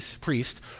priest